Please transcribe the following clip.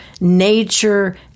nature